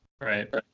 Right